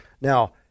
Now